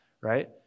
right